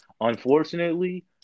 unfortunately